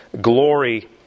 glory